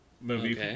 movie